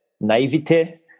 naivete